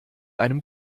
einem